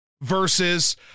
Versus